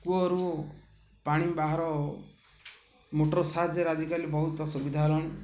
କୂଅରୁ ପାଣି ବାହାର ମୋଟର୍ ସାହାଯ୍ୟରେ ଆଜିକାଲି ବହୁତ ସୁବିଧା ହେଲାଣି